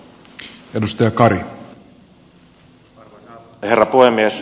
arvoisa herra puhemies